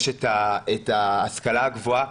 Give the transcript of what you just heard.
יש את ההשכלה הגבוהה,